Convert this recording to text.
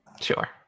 Sure